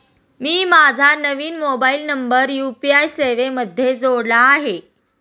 मी माझा नवीन mobile number UPI सेवेमध्ये जोडला आहे